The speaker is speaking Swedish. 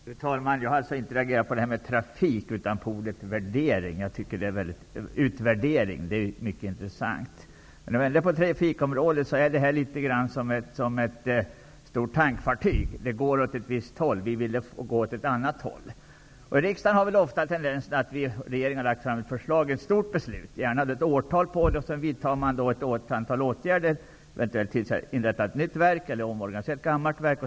Fru talman! Jag vill ta fasta på ordet utvärdering. Det är mycket intressant. När vi nu ändå är inne på trafikområdet kan man göra en liknelse med ett stort tankfartyg -- det går åt ett visst håll, och vi vill att det skall gå åt ett annat håll. Det är vanligt att regeringen lägger fram förslag för riksdagen om stora beslut, gärna med ett bestämt årtal. Sedan vidtar man ett antal åtgärder, inrättar eventuellt ett nytt verk eller omorganiserar ett gammalt.